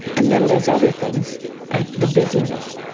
and then there's other things ah the busyness.